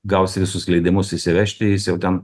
gausi visus leidimus įsivežti jis jau ten